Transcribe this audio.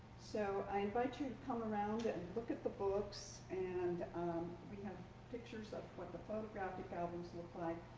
so i invite you to come around and look at the books and we have pictures of what the photographic albums look like.